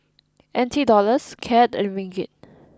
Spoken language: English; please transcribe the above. N T Dollars Cad and Ringgit